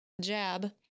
jab